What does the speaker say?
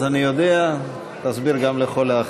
אלי אלאלוף ועבד אל חכים חאג' יחיא.